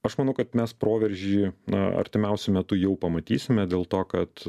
aš manau kad mes proveržį na artimiausiu metu jau pamatysime dėl to kad